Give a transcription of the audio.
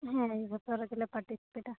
ᱦᱮᱸ ᱡᱚᱛᱚ ᱨᱮᱜᱮ ᱞᱮ ᱯᱟᱨᱴᱤᱥᱤᱯᱮᱴᱟ